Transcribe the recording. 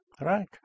Right